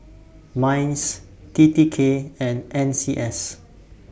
Minds T T K and N C S